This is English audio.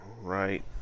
right